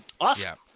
Awesome